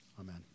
amen